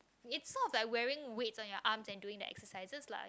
is sort of like wearing weight on your arm and doing the exercises lah